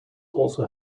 also